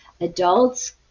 adults